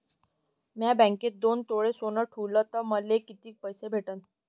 म्या बँकेत दोन तोळे सोनं ठुलं तर मले किती पैसे भेटन